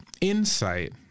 insight